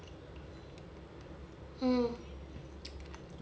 mm